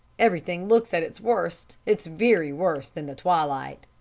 everything looks at its worst its very worst in the twilight.